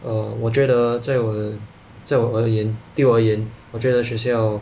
err 我觉得在我的 而言对我而言我觉得学校